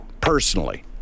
personally